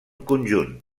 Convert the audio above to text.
conjunt